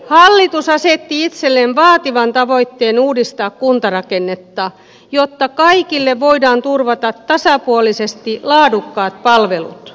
hallitus asetti itselleen vaativan tavoitteen uudistaa kuntarakennetta jotta kaikille voidaan turvata tasapuolisesti laadukkaat palvelut